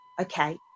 Okay